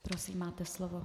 Prosím, máte slovo.